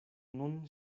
nun